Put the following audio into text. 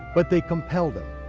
but they compelled him,